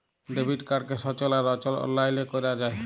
debit কাড়কে সচল আর অচল অললাইলে ক্যরা যায়